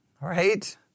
Right